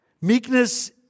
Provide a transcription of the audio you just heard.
Meekness